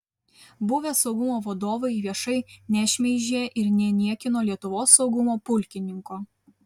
buvę saugumo vadovai viešai nešmeižė ir neniekino lietuvos saugumo pulkininko